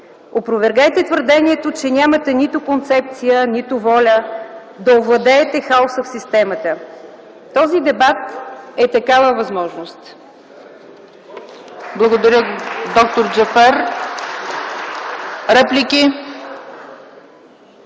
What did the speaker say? Опровергайте твърдението, че нямате нито концепция, нито воля да овладеете хаоса в системата. Този дебат е такава възможност.